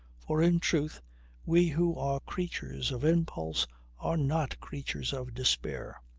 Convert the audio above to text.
for in truth we who are creatures of impulse are not creatures of despair.